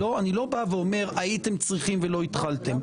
אני לא אומר שהייתם צריכים ולא התחלתם.